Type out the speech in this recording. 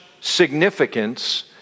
significance